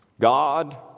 God